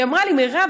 היא אמרה לי: מירב,